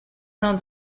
not